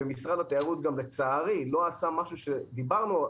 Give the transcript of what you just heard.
משרד התיירות לצערי גם לא עשה משהו שדיברנו עליו,